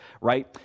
right